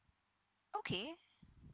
okay